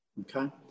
okay